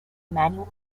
manual